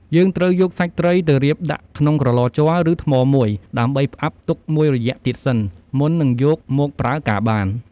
យើងត្រូវយកសាច់ត្រីទៅរៀបដាក់ក្នុងក្រឡជ័រ ឬ ថ្មមួយ ដើម្បីផ្អាប់ទុកមួយរយៈទៀតសិន មុននឹងយកមកប្រើការបាន។